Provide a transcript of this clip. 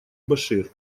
башир